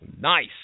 Nice